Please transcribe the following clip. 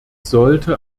sollte